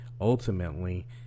ultimately